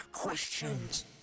Questions